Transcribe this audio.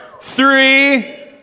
three